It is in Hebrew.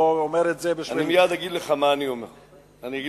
או שאומר את זה,